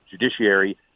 judiciary